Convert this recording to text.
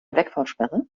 wegfahrsperre